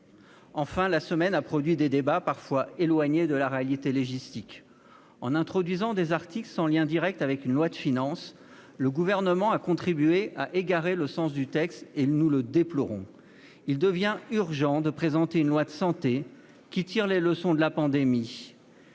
Enfin, la semaine a produit des débats parfois éloignés de la réalité légistique. En introduisant des articles sans lien direct avec une loi de financement de la sécurité sociale, le Gouvernement a contribué à égarer le sens du texte ; nous le déplorons. Il devient urgent de présenter un projet de loi de santé, qui tire les leçons de la pandémie